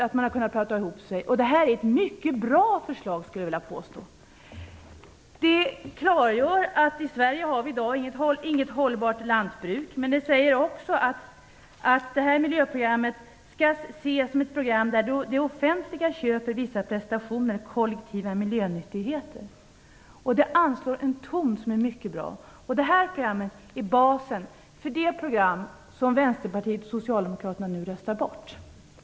Jag skulle vilja påstå att detta är ett mycket bra förslag, som klargör att man i Sverige i dag inte har något hållbart lantbruk. Man säger också att detta miljöprogram skall ses som ett program där det offentliga köper vissa prestationer, kollektiva miljönyttigheter. Den anslagna tonen är mycket bra. Programmet är basen för det program som Vänsterpartiet och socialdemokraterna nu röstar bort.